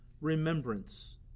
remembrance